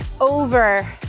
over